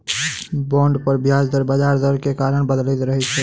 bond पर ब्याज दर बजार दर के कारण बदलैत रहै छै